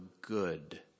good